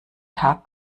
tag